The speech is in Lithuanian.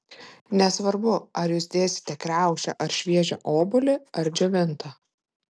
nesvarbu ar jūs dėsite kriaušę ar šviežią obuolį ar džiovintą